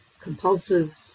compulsive